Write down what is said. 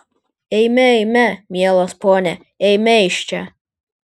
eime eime mielas pone eime iš čia